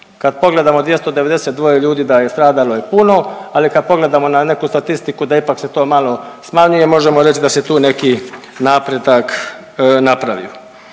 Kad pogledamo, 292 ljudi da je stradalo je puno, ali kad pogledamo na neki statistiku da ipak se to malo smanjuje i možemo reći da se tu neki napredak napravio.